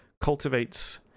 cultivates